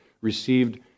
received